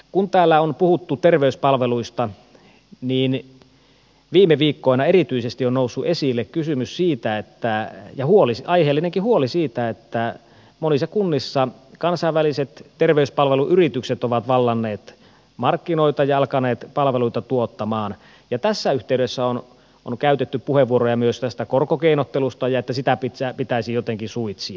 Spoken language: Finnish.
kun täällä on puhuttu terveyspalveluista niin viime viikkoina erityisesti on noussut esille kysymys ja aiheellinenkin huoli siitä että monissa kunnissa kansainväliset terveyspalveluyritykset ovat vallanneet markkinoita ja alkaneet tuottaa palveluita ja tässä yhteydessä on käytetty puheenvuoroja myös tästä korkokeinottelusta ja siitä että sitä pitäisi jotenkin suitsia